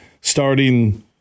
starting